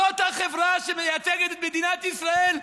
זאת החברה שמייצגת את מדינת ישראל?